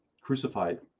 crucified